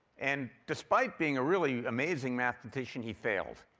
and despite being a really amazing mathematician, he failed.